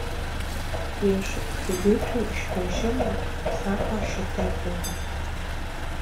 prieš ajučių išvežimą sako šitaip buvę